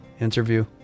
interview